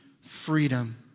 freedom